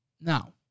Now